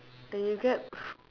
they wrap